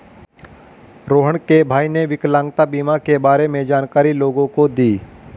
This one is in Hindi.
रोहण के भाई ने विकलांगता बीमा के बारे में जानकारी लोगों को दी